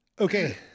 Okay